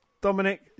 Dominic